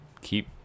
keep